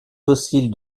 fossiles